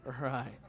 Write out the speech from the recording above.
Right